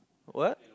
what